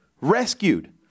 rescued